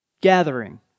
gathering